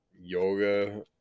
Yoga